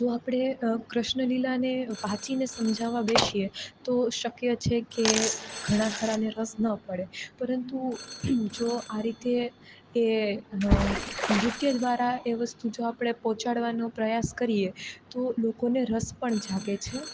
જો આપણે કૃષ્ણ લીલાને વાંચીને સમજાવવા બેસીએ તો શક્ય છે કે ઘણાં ખરાંને રસ ન પડે પરંતુ જો આ રીતે એ નૃત્ય દ્વારા એ વસ્તુ જો આપણે પહોંચાડવાનો પ્રયાસ કરીએ તો લોકોને રસ પણ જાગે છે